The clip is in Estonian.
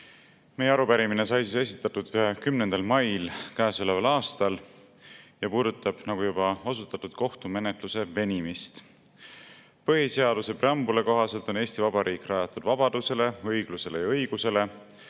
Meie arupärimine sai esitatud 10. mail käesoleval aastal ja puudutab, nagu juba osutatud, kohtumenetluse venimist. Põhiseaduse preambula kohaselt on Eesti Vabariik rajatud vabadusele, õiglusele ja õigusele,